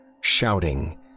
shouting